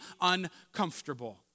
uncomfortable